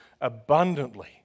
abundantly